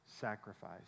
sacrifice